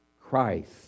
Christ